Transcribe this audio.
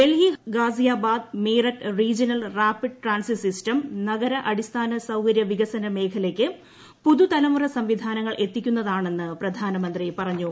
Delhi Ghaziabad Meerut regional rapid transit system നഗര അടിസ്ഥാന സൌകര്യ വികസന മേഖലയ്ക്ക് പുതു തലമുറ സംവിധാനങ്ങൾ എത്തിക്കുന്നതാണെന്ന് പ്രധാനമന്ത്രി പറഞ്ഞു